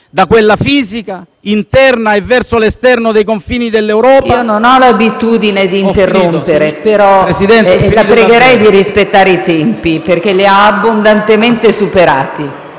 da quella fisica, interna e verso l'esterno dei confini dell'Europa... PRESIDENTE. Io non ho l'abitudine di interrompere, senatore Stefano, però la pregherei di rispettare i tempi, perché li ha abbondantemente superati,